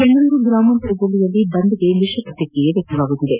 ಬೆಂಗಳೂರು ಗ್ರಾಮಾಂತರ ಜಿಲ್ಲೆಯಲ್ಲಿ ಬಂದ್ಗೆ ಮಿಶ್ರ ಪ್ರಕಿಕ್ರಿಯೆ ವ್ಯಕ್ತವಾಗಿದೆ